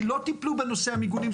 כי לא טיפלו בנושא המוגנים,